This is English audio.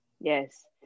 yes